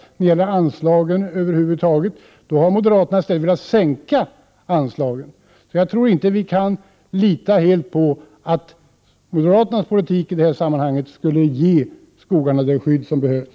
När det gäller anslagen över huvud taget har moderaterna i stället velat sänka beloppen. Jag tror inte att vi helt kan lita på att moderaternas politik i det här sammanhanget skulle ge skogarna det skydd som behövs.